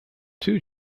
two